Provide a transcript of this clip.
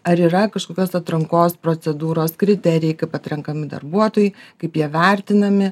ar yra kažkokios atrankos procedūros kriterijai kaip atrenkami darbuotojai kaip jie vertinami